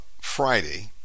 Friday